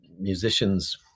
musicians